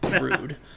Rude